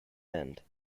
end